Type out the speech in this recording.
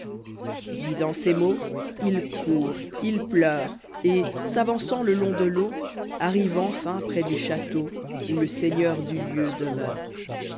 disant ces mots il court il pleure et s'avançant le long de l'eau arrive enfin près dju château où le seigneur du lieu demeure